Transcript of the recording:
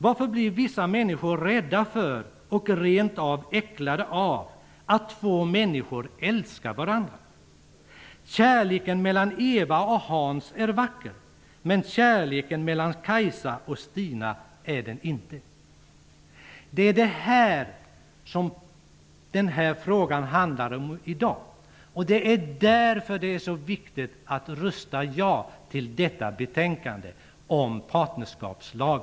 Varför blir vissa männsikor rädda för, och rent av äcklade av, att två människor älskar varandra? Kärleken mellan Eva och Hans är vacker. Men kärlek mellan Kajsa och Stina är det inte.'' Det är detta som den här frågan handlar om i dag, och det är därför som det är så viktigt att rösta ja till förslaget i detta betänkande om partnerskapslag.